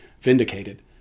vindicated